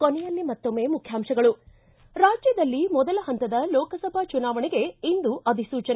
ಕೊನೆಯಲ್ಲಿ ಮತ್ತೊಮ್ಮೆ ಮುಖ್ಯಾಂಶಗಳು ಿ ರಾಜ್ಯದಲ್ಲಿ ಮೊದಲ ಹಂತದ ಲೋಕಸಭಾ ಚುನಾವಣೆಗೆ ಇಂದು ಅಧಿಸೂಚನೆ